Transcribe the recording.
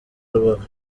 rubavu